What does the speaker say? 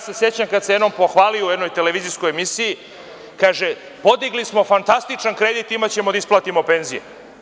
Sećam se kada se jednom pohvalio u jednoj televizijskoj emisiji, kaže – podigli smo fantastičan kredit, imaćemo da isplatimo penzije.